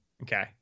Okay